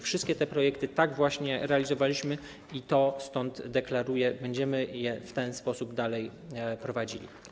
Wszystkie te projekty tak właśnie realizowaliśmy, dlatego deklaruję, że będziemy je w ten sposób dalej prowadzili.